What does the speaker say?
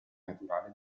naturale